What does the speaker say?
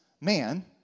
man